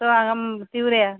तो हांगां तिवऱ्या